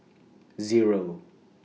Zero